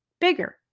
bigger